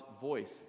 voice